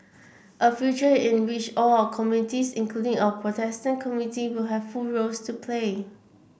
a future in which all our communities including our Protestant community will have full roles to play